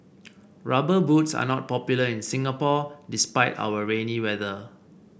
rubber boots are not popular in Singapore despite our rainy weather